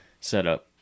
setup